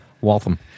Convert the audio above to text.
Waltham